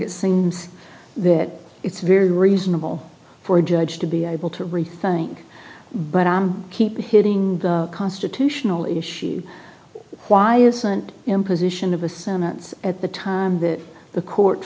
it seems that it's very reasonable for a judge to be able to rethink but i keep hitting the constitutional issues why isn't imposition of a sentence at the time that the court